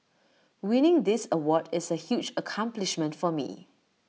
winning this award is A huge accomplishment for me